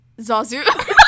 Zazu